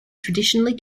traditionally